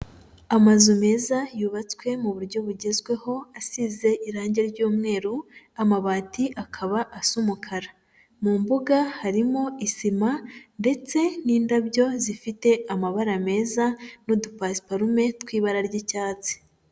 Amazu meza yubatswe mu buryo bugezweho, asize irange ry'umweru, amabati akaba asa umukara. Mu mbuga harimo isima ndetse n'indabyo zifite amabara meza n'udupasiparume tw'ibara ry'icyatsi.